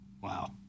Wow